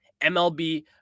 MLB